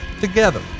together